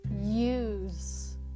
use